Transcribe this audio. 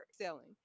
selling